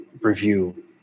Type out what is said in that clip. review